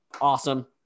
awesome